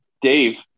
Dave